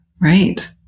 right